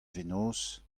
fenoz